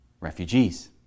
refugees